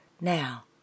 Now